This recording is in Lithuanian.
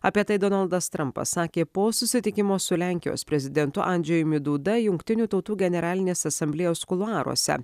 apie tai donaldas trampas sakė po susitikimo su lenkijos prezidentu andžejumi duda jungtinių tautų generalinės asamblėjos kuluaruose